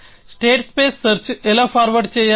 state space search ఎలా forward చేయాలి